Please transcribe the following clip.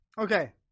okay